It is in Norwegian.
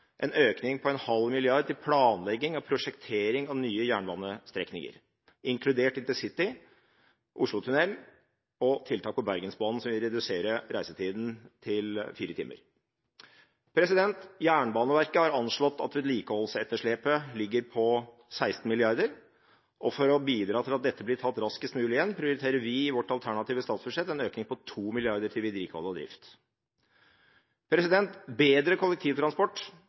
en økning på en halv milliard til planlegging og prosjektering av nye jernbanestrekninger, inkludert intercity, Oslotunnel og tiltak på Bergensbanen som vil redusere reisetida til fire timer. Jernbaneverket har anslått at vedlikeholdsetterslepet ligger på 16 mrd. kr, og for å bidra til at dette blir tatt raskest mulig igjen, prioriterer vi i vårt alternative statsbudsjett en økning på 2 mrd. kr til vedlikehold og drift. Bedre kollektivtransport